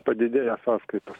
padidėja sąskaitos